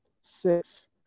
Six